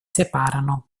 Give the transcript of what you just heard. separano